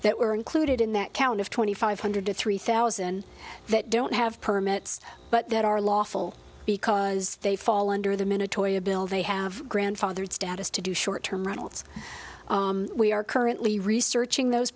that were included in that count of twenty five hundred to three thousand that don't have permits but that are lawful because they fall under the minatory a bill they have grandfathered status to do short term reynolds we are currently researching those